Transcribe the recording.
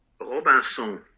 Robinson